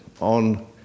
on